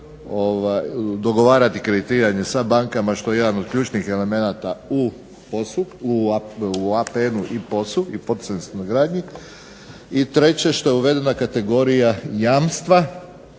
dogovarati kreditiranje sa bankama, što je jedan od ključnih elemenata u POS-u, u APN-u i POS-u, i poticajnoj stanogradnji. I treće, što je uvedena kategorija jamstva,